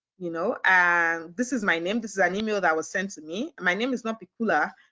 you know, and this is my name. this is an email that was sent to me. my name is not pikula.